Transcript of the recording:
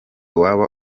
waba